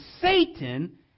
Satan